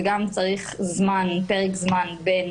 וגם צריך פרק זמן בין